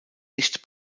nicht